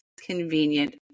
convenient